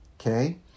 okay